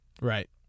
Right